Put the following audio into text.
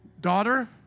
daughter